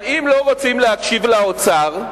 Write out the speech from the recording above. אבל אם לא רוצים להקשיב לאוצר,